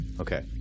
okay